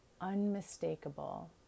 unmistakable